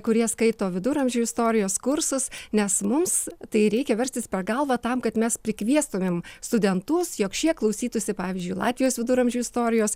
kurie skaito viduramžių istorijos kursus nes mums tai reikia verstis per galvą tam kad mes prikviestumėm studentus jog šie klausytųsi pavyzdžiui latvijos viduramžių istorijos